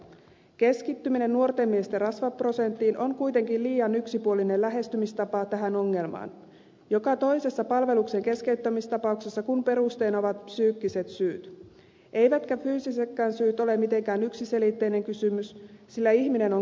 keskittyminen nuorten miesten rasvaprosenttiin on kuitenkin liian yksipuolinen lähestymistapa tähän ongelmaan joka toisessa palveluksen keskeyttämistapauksessa kun perusteena ovat psyykkiset syyt eivätkä fyysisetkään syyt ole mitenkään yksiselitteinen kysymys sillä ihminen on kokonaisuus